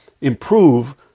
improve